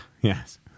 Yes